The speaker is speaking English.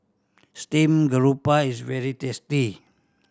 steamed garoupa is very tasty